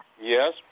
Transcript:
Yes